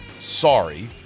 sorry